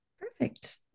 Perfect